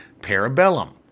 Parabellum